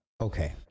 Okay